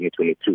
2022